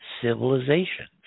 civilizations